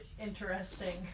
interesting